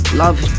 love